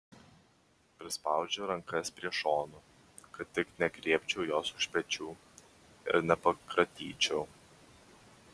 prispaudžiu rankas prie šonų kad tik negriebčiau jos už pečių ir nepakratyčiau